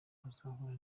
azahura